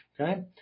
okay